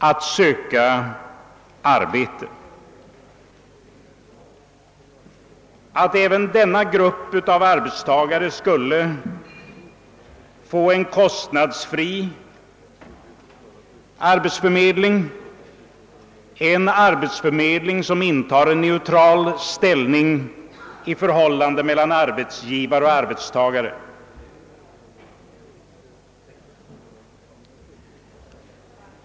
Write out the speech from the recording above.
Därmed skulle även denna grupp av arbetstagare få en kostnadsfri arbetsförmedling, som skulle intaga en neutral ställning i förhållandet mellan arbetsgivare och arbetstagare.